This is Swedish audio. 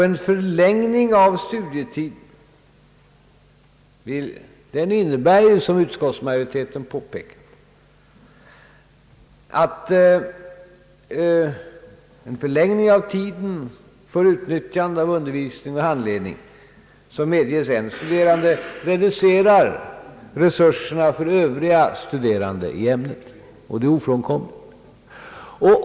En förlängning av studietiden innebär ju -— som utskottsmajoriteten påpekat — en förlängning av tiden för utnyttjande av undervisning och handledning, vilket reducerar resurserna för övriga studerande när det gäller ämnet — det är ofrånkomligt.